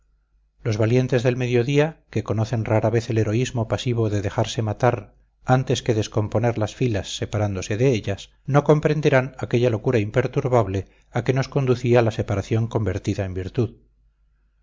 los valientes del mediodía que conocen rara vez el heroísmo pasivo de dejarse matar antes que descomponer las filas separándose de ellas no comprenderán aquella locura imperturbable a que nos conducía la separación convertida en virtud